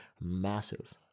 massive